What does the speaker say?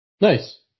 Nice